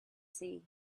sea